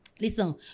Listen